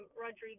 Rodriguez